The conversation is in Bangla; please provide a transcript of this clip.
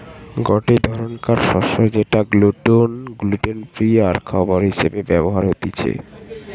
গটে ধরণকার শস্য যেটা গ্লুটেন ফ্রি আরখাবার হিসেবে ব্যবহার হতিছে